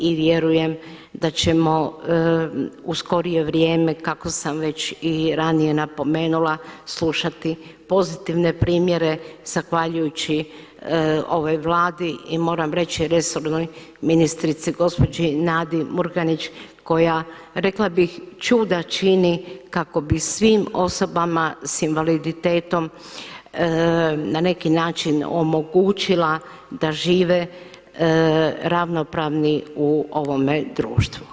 I vjerujem da ćemo u skorije vrijeme kako sam već i ranije napomenula slušati pozitivne primjere zahvaljujući ovoj Vladi i moram reći resornoj ministrici gospođi Nadi Murganić koja rekla bih čuda čini kako bi svim osobama s invaliditetom na neki način omogućila da žive ravnopravni u ovome društvu.